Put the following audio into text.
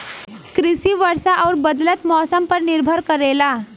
कृषि वर्षा और बदलत मौसम पर निर्भर करेला